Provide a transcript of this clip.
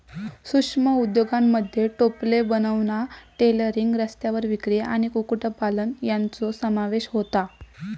सूक्ष्म उद्योगांमध्ये टोपले बनवणा, टेलरिंग, रस्त्यावर विक्री आणि कुक्कुटपालन यांचो समावेश होता